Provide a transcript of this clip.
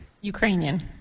Ukrainian